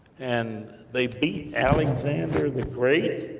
and they beat alexander the great,